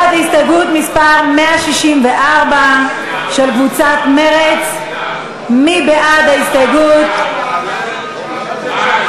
(162) של קבוצת סיעת בל"ד לסעיף 59(1)